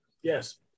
Yes